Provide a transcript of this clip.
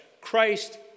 Christ